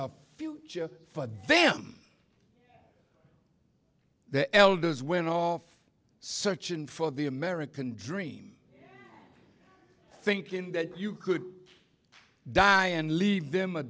future for them the elders went off searching for the american dream thinking that you could die and leave them